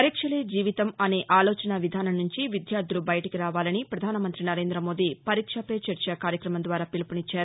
వరీక్షలే జీవితం అనే అలోచనా విధానం నుంచి విద్యార్థులు బయటకి రావాలని ప్రధానమంతి నరేంద్రమోదీ పరీక్షా పే చర్చ కార్యక్రమం ద్వారా పిలుపునిచ్చారు